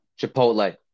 Chipotle